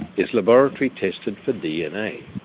is laboratory tested for dna.